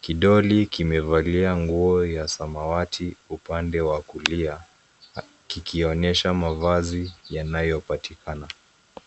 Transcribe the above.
Kidoli kimevalia nguo ya samawati upande wa kulia kikionyesha mavazi yanayopatikana.